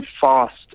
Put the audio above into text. fast